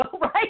right